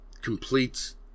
completes